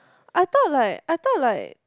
I thought like I thought like